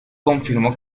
confirmó